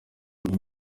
nta